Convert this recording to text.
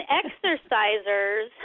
exercisers